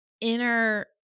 inner